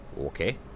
Okay